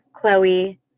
Chloe